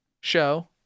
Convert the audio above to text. show